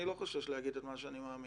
אני לא חושש להגיד את מה שאני מאמין.